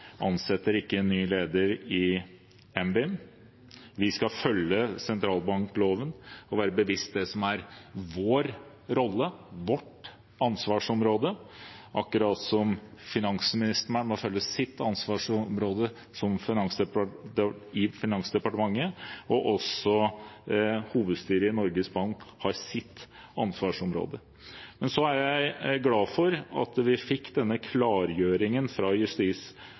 ansetter en ny leder i NBIM. Vi skal følge sentralbankloven og være oss bevisst det som er vår rolle, vårt ansvarsområde, akkurat som finansministeren må følge sitt ansvarsområde i Finansdepartementet og hovedstyret i Norges Bank har sitt ansvarsområde. Jeg er glad for at vi fikk denne klargjøringen fra Justis-